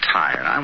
tired